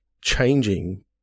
changing